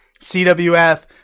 CWF